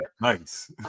Nice